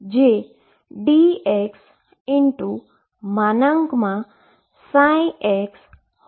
જે dx ψ21 આપે છે